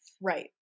right